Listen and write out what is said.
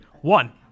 One